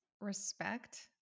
respect